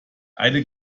eine